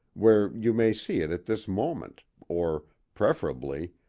where you may see it at this moment, or, preferably,